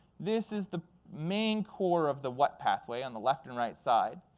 this is the main core of the what pathway on the left and right side.